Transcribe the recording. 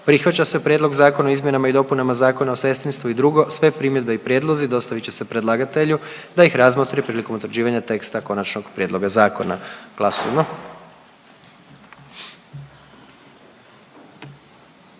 Prihvaća se Prijedlog Zakona o zaštiti i očuvanju kulturnih dobara i 2. Sve primjedbe i prijedlozi dostavit će se predlagatelju da ih razmotri prilikom utvrđivanja teksta konačnog prijedloga zakona.“ Molim glasujmo.